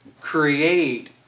Create